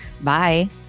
Bye